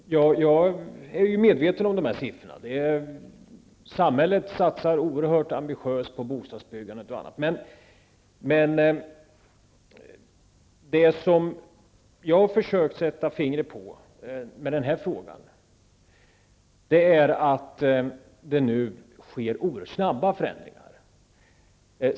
Fru talman! Jag är medveten om de här siffrorna. Samhället satsar oerhört ambitiöst på bostadsbyggande och annat. Men det jag med den här frågan har försökt sätta fingret på är att det nu sker oerhört snabba förändringar.